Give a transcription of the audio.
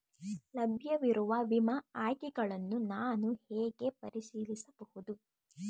ಲಭ್ಯವಿರುವ ವಿಮಾ ಆಯ್ಕೆಗಳನ್ನು ನಾನು ಹೇಗೆ ಪರಿಶೀಲಿಸಬಹುದು?